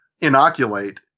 inoculate